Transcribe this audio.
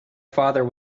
father